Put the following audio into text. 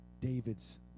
David's